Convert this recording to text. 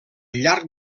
llarg